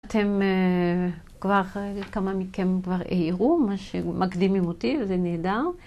אתם כמה מכם כבר העירו מה שמקדימים אותי, וזה נהדר.